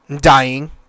dying